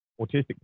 autistic